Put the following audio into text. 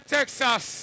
Texas